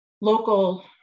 local